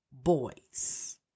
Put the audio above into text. boys